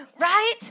right